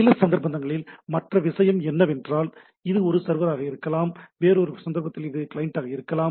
சில சந்தர்ப்பங்களில் மற்ற விஷயம் என்னவென்றால் இது ஒரு சர்வராக இருக்கலாம் வேறு ஒரு சந்தர்ப்பத்தில் அது ஒரு கிளையண்டை அணுகக்கூடியதாகவும் இருக்கலாம்